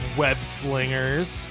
web-slingers